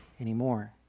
anymore